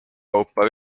kaupa